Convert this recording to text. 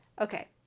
Okay